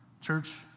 church